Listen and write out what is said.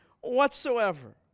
whatsoever